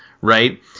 Right